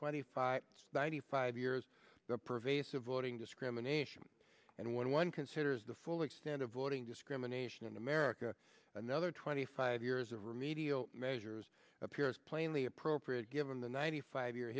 twenty five ninety five years of pervasive voting discrimination and when one considers the full extent of voting discrimination in america another twenty five years of remedial measures appears plainly appropriate given the ninety five y